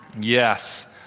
Yes